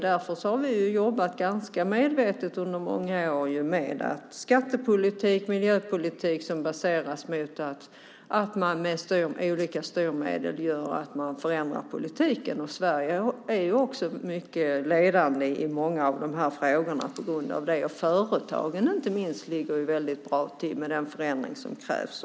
Därför har vi jobbat ganska medvetet under många år med en skattepolitik och en miljöpolitik som baseras på att man med olika styrmedel förändrar politiken. Sverige är också mycket ledande i många av de här frågorna på grund av det. Och företagen ligger ju väldigt bra till när det gäller den förändring som krävs.